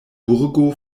burgo